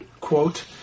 quote